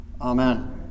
Amen